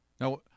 now